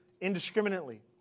indiscriminately